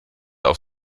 auf